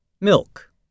Milk